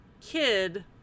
kid